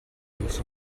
dels